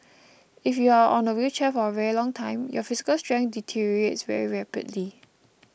if you are on a wheelchair for a very long time your physical strength deteriorates very rapidly